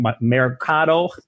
Mercado